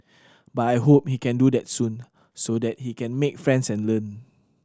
but I hope he can do that soon so that he can make friends and learn